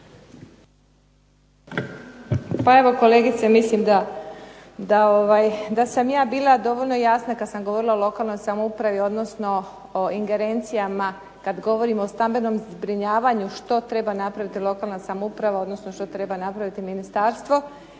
evo kolegice mislim da sam ja bila dovoljno jasna kad sam govorila o lokalnoj samoupravi, odnosno o ingerencijama kad govorimo o stambenom zbrinjavanju što treba napraviti lokalna samouprava odnosno što treba napraviti ministarstvo.